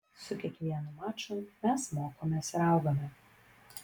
su kiekvienu maču mes mokomės ir augame